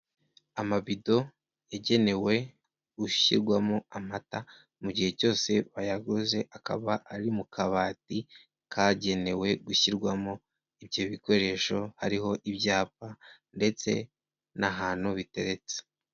Amabido yagenewe gushyirwamo amata, mu gihe cyose bayaguze akaba ari mu kabati kagenewe gushyirwamo ibyo bikoresho, hariho ibyapa ndetse n'ahantu biteretse.